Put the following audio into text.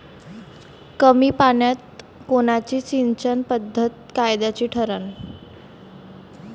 कमी पान्यात कोनची सिंचन पद्धत फायद्याची ठरन?